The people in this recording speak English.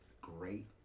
great